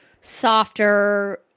softer